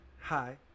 hi